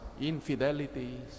infidelities